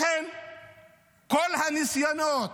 כל הניסיונות